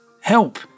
help